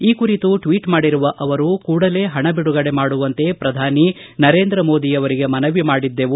ಈ ಕುರಿತು ಟ್ವೀಟ್ ಮಾಡಿರುವ ಅವರು ಕೂಡಲೇ ಪಣ ಬಿಡುಗಡೆ ಮಾಡುವಂತೆ ಪ್ರಧಾನಿ ನರೇಂದ್ರ ಮೋದಿಯವರಿಗೆ ಮನವಿ ಮಾಡಿದ್ದೆವು